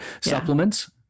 supplements